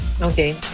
Okay